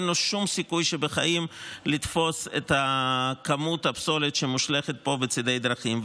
אין לו שום סיכוי בחיים לתפוס את כמות הפסולת שמושלכת פה בצידי הדרכים.